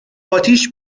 آتیش